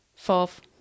Fourth